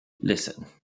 listen